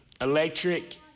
electric